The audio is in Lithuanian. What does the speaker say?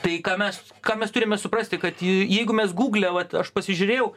tai ką mes ką mes turime suprasti kad jeigu mes gugle vat aš pasižiūrėjau